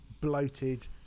bloated